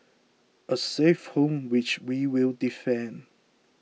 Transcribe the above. a safe home which we will defend